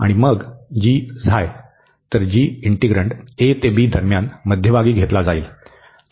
आणि मग तर g इंटिग्रण्ड a ते b दरम्यान मध्यभागी घेतला जाईल